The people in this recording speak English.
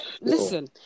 listen